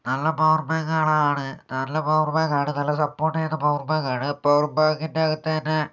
നല്ല പവർബാങ്കുകളാണ് നല്ല പവർബാങ്ക് ആണ് നല്ല സപ്പോർട്ട് ചെയ്യുന്ന പവർബാങ്കാണ് പവർബാങ്കിൻ്റെ അകത്തുതന്നെ